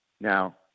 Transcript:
Now